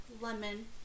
Lemon